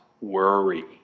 worry